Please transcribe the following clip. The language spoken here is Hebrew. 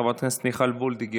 חברת הכנסת מיכל וולדיגר,